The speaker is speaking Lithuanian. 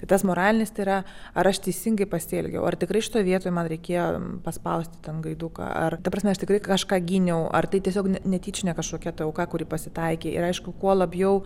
tai tas moralinis tai yra ar aš teisingai pasielgiau ar tikrai šitoj vietoj man reikėjo paspausti gaiduką ar ta prasme aš tikrai kažką gyniau ar tai tiesiog netyčinė kažkokia tai auka kuri pasitaikė ir aišku kuo labiau